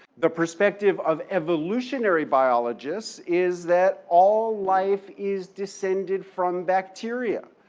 the perspective of evolutionary biologists is that all life is descended from bacteria.